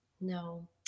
No